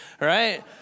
right